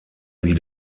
wie